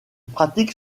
pratique